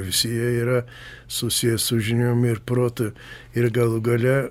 visi jie yra susiję su žiniom ir protu ir galų gale